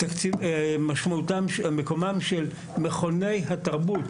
מיקומם של מכוני התרבות